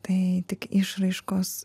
tai tik išraiškos